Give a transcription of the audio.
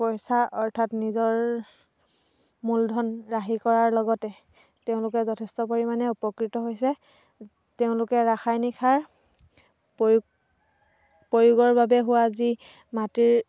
পইচা অৰ্থাৎ নিজৰ মূলধন ৰাহি কৰাৰ লগতে তেওঁলোকে যথেষ্ট পৰিমাণে উপকৃত হৈছে তেওঁলোকে ৰাসায়নিক সাৰ প্ৰয়োগ প্ৰয়োগৰ বাবে হোৱা যি মাটিৰ